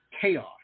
chaos